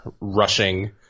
rushing